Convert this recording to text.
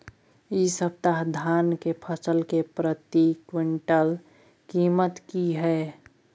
इ सप्ताह धान के फसल के प्रति क्विंटल कीमत की हय?